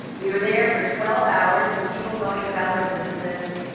we were there for twelve hours with people going about their businesses,